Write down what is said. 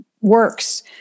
works